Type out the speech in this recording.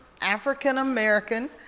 African-American